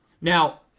Now